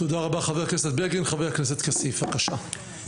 חבר הכנסת כסיף, בבקשה.